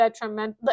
detrimental